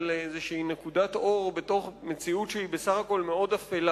איזו נקודת אור במציאות שהיא בסך הכול מאוד אפלה,